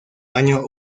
año